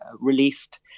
released